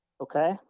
Okay